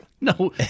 No